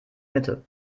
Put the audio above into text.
mitte